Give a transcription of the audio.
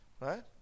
Right